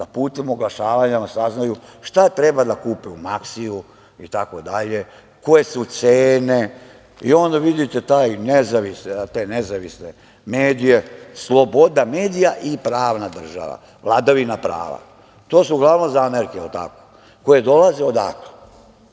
da putem oglašavanja saznaju šta treba da kupe u „Maksiju“, itd, koje su cene, i onda vidite te nezavisne medije, sloboda medija i pravna država, vladavina prava. To su uglavnom zamerke, jel tako, koje dolaze – odakle?